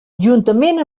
juntament